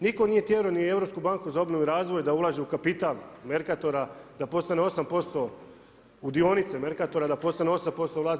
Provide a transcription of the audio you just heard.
Nitko nije tjerao ni Europsku banku za obnovu i razvoj da ulaže u kapital Merkatora, da postane 8%, u dionice Merkatora, da postane 8% vlast.